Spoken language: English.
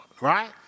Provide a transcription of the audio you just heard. right